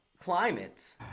climate